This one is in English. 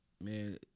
man